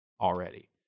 already